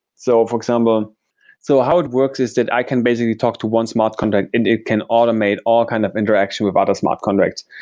so for example um so how it works is that i can basically talk to one smart contract and it can automate all kind of interaction with other smart contracts.